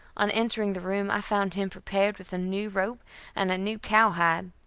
on entering the room i found him prepared with a new rope and a new cowhide.